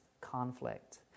conflict